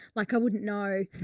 like i wouldn't know.